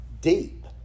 deep